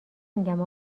میگم